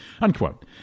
Unquote